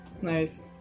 Nice